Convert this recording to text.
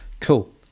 Cool